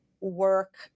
work